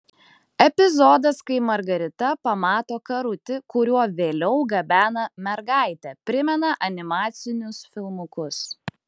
epizodas kai margarita pamato karutį kuriuo vėliau gabena mergaitę primena animacinius filmukus